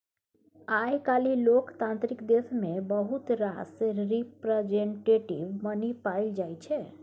आइ काल्हि लोकतांत्रिक देश मे बहुत रास रिप्रजेंटेटिव मनी पाएल जाइ छै